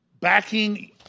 backing